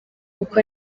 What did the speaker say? uko